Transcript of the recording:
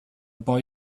boy